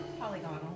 polygonal